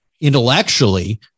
intellectually